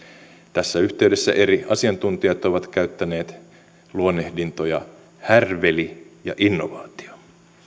tässä yhteydessä eri asiantuntijat ovat käyttäneet luonnehdintoja härveli ja innovaatio